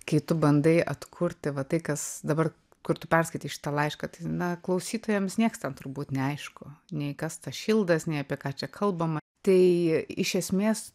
kai tu bandai atkurti va tai kas dabar kur tu perskaitei šitą laišką tai na klausytojams nieks ten turbūt neaišku nei kas tas šildas nei apie ką čia kalbama tai iš esmės